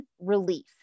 relief